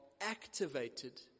activated